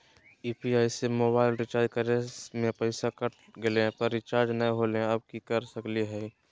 UPI से mobile recharge करे में पैसा कट गेलई, पर रिचार्ज नई होलई, अब की कर सकली हई?